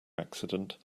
accident